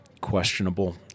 questionable